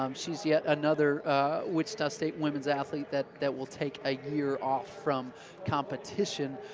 um she's yet another wichita state women's athlete that that will take a year off from competition.